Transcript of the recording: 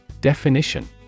Definition